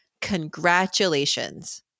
Congratulations